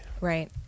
Right